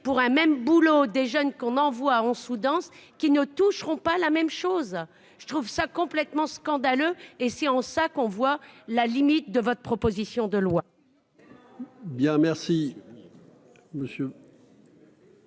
pour un même boulot des jeunes qu'on envoie en sous-denses qui ne toucheront pas la même chose, je trouve ça complètement scandaleux et c'est en ça qu'on voit la limite de votre proposition de loi.